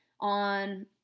on